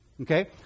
Okay